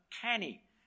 canny